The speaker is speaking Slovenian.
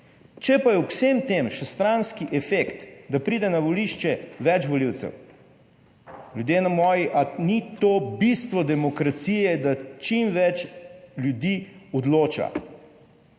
Če pa je ob vsem tem še stranski efekt, da pride na volišče več volivcev, ljudje na moji, a ni to bistvo demokracije, da čim več ljudi odloča.